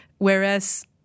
Whereas